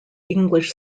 english